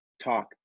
talk